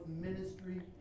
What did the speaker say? ministry